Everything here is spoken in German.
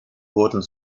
wurden